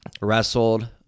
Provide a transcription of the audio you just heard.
wrestled